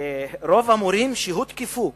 רוב המורים שהותקפו,